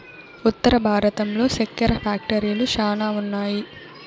ఉత్తర భారతంలో సెక్కెర ఫ్యాక్టరీలు శ్యానా ఉన్నాయి